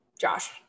josh